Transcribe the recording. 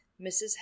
Mrs